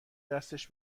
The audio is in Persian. دستش